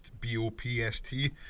B-O-P-S-T